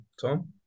Tom